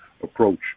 approach